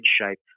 shape